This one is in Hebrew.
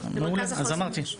אז אמרתי.